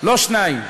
לא שניים.